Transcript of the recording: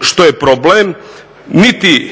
što je problem niti